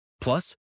Plus